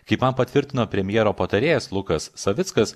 kaip man patvirtino premjero patarėjas lukas savickas